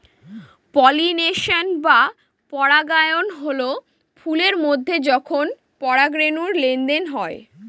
pollination বা পরাগায়ন হল ফুলের মধ্যে যখন পরাগরেনুর লেনদেন হয়